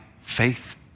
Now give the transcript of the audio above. faith